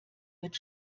wird